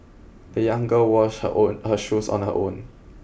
the young girl washed her own her shoes on her own